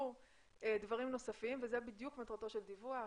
דברים נוספים וזה בדיוק מטרת הדיווח,